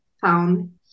found